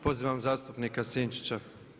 Pozivam zastupnika Sinčića.